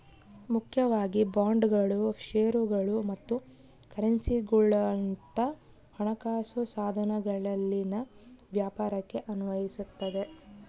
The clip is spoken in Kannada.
ಮುಖ್ಯವಾಗಿ ಬಾಂಡ್ಗಳು ಷೇರುಗಳು ಮತ್ತು ಕರೆನ್ಸಿಗುಳಂತ ಹಣಕಾಸು ಸಾಧನಗಳಲ್ಲಿನ ವ್ಯಾಪಾರಕ್ಕೆ ಅನ್ವಯಿಸತದ